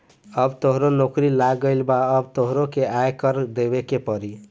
अब तोहरो नौकरी लाग गइल अब तोहरो के आय कर देबे के पड़ी